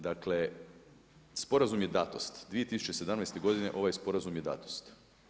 Dakle, sporazum je datost 2017. godine ovaj sporazum je datost.